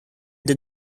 that